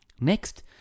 Next